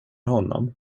honom